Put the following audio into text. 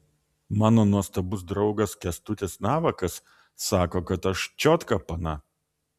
mano nuostabus draugas kęstutis navakas sako kad aš čiotka pana